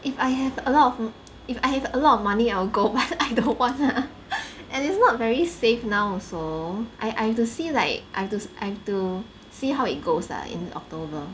if I have a lot of if I have a lot of money I will go but I don't want lah and it's not very safe now also I I have to see like I've I've to see how it goes lah in october